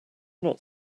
not